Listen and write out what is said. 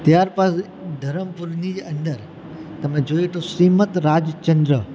ત્યારબાદ ધરમપુરની અંદર જોઈએ તો શ્રીમદ રાજચંદ્ર